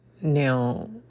Now